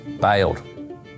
bailed